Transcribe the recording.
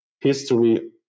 history